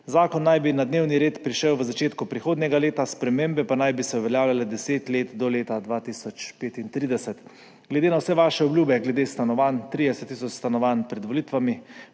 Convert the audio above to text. Zakon naj bi na dnevni red prišel v začetku prihodnjega leta, spremembe pa naj bi se uveljavljale deset let do leta 2035. Glede na vse vaše obljube glede stanovanj, 30 tisoč stanovanj pred volitvami